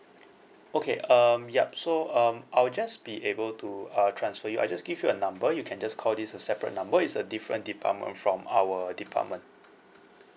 okay um yup so um I'll just be able to I'll transfer you I'll just give you a number you can just call this a separate number it's a different department from our department